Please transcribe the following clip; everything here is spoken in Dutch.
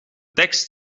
tekst